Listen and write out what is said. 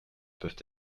peuvent